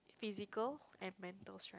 physical and mental strength